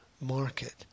market